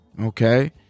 Okay